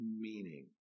meaning